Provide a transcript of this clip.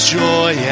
joy